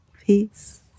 peace